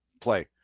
play